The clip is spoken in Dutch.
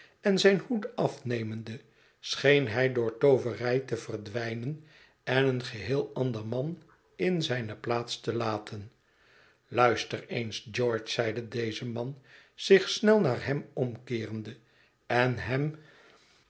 en zijn hoed afnemende scheen hij door tooverij te verdwijnen en een geheel ander man in zijne plaats te laten luister eens george zeide deze man zich snel naar hem omkeerende en hem